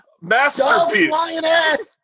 masterpiece